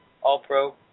all-pro